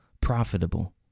profitable